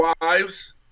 wives